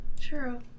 True